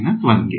ವಿದ್ಯಾರ್ಥಿ 7